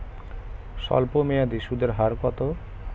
স্বল্পমেয়াদী সুদের হার কত?